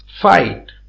fight